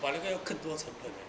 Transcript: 把那个肯多成本